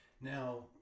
Now